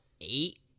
eight